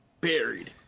Buried